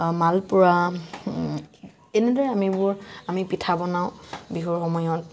মালপোৱা এনেদৰে আমিবোৰ আমি পিঠা বনাওঁ বিহুৰ সময়ত